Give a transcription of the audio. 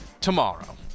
tomorrow